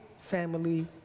family